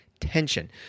tension